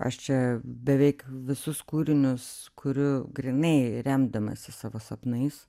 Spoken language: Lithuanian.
aš čia beveik visus kūrinius kuriu grynai remdamasi savo sapnais